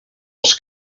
els